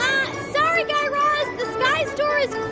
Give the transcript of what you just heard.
sorry, guy raz, the sky store is